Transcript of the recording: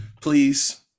please